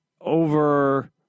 over